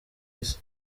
isi